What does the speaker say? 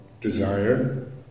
desire